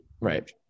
Right